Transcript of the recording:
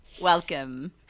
Welcome